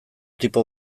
tipo